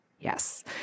Yes